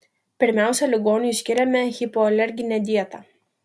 pirmiausia ligoniui skiriame hipoalerginę dietą